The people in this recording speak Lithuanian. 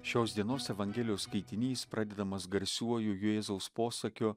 šios dienos evangelijos skaitinys pradedamas garsiuoju jėzaus posakiu